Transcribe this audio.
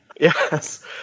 Yes